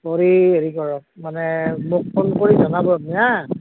কৰি হেৰি কৰক মানে মোক ফোন কৰি জনাব আপনি হাঁ